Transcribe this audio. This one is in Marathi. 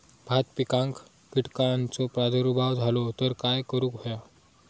भात पिकांक कीटकांचो प्रादुर्भाव झालो तर काय करूक होया?